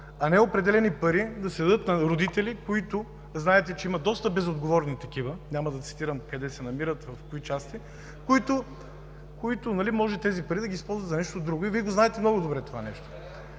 а не определени пари да се дадат на родители, които – знаете, че има доста безотговорни такива, няма да цитирам къде се намират, в кои части – може да използват тези пари за нещо друго. Вие знаете много добре това!